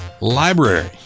library